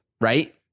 right